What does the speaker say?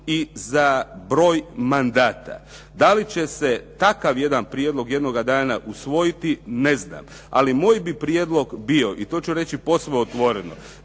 i za broj mandata. Da li će se takav jedan prijedlog jednoga dana usvojiti, ne znam. Ali moj bi prijedlog bio i to ću reći posve otvoreno,